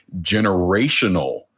generational